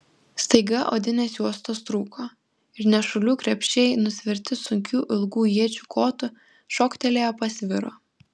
staiga odinės juostos trūko ir nešulių krepšiai nusverti sunkių ilgų iečių kotų šoktelėję pasviro